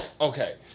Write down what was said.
okay